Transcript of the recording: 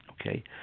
okay